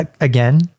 again